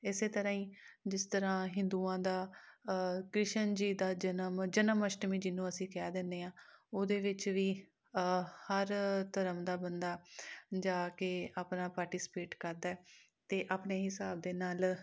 ਇਸੇ ਤਰ੍ਹਾਂ ਹੀ ਜਿਸ ਤਰ੍ਹਾਂ ਹਿੰਦੂਆਂ ਦਾ ਕ੍ਰਿਸ਼ਨ ਜੀ ਦਾ ਜਨਮ ਜਨਮ ਅਸ਼ਟਮੀ ਜਿਹਨੂੰ ਅਸੀਂ ਕਹਿ ਦਿੰਦੇ ਹਾਂ ਉਹਦੇ ਵਿੱਚ ਵੀ ਹਰ ਧਰਮ ਦਾ ਬੰਦਾ ਜਾ ਕੇ ਆਪਣਾ ਪਾਰਟੀਸਪੇਟ ਕਰਦਾ ਹੈ ਅਤੇ ਆਪਣੇ ਹਿਸਾਬ ਦੇ ਨਾਲ